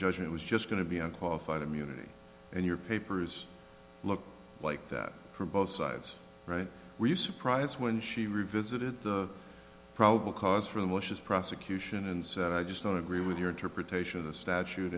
judgment was just going to be a qualified immunity and your papers look like that from both sides right were you surprised when she revisited probable cause for the malicious prosecution and i just don't agree with your interpretation of the statute